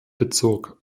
bezog